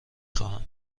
خواهم